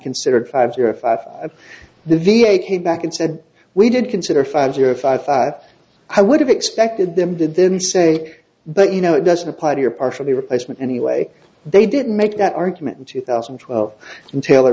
considered five zero five at the v a came back and said we did consider five zero five i would have expected them to then say but you know it doesn't apply to your partially replacement anyway they didn't make that argument in two thousand and twelve and taylor